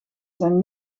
zijn